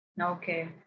Okay